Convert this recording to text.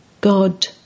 God